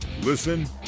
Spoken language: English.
Listen